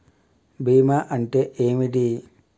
బీమా అంటే ఏమిటి?